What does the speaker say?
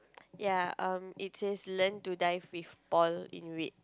ya um it says learn to dive with Paul in red